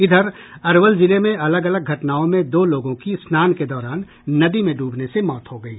इधर अरवल जिले में अलग अलग घटनाओं में दो लोगों की स्नान के दौरान नदी में डूबने से मौत हो गयी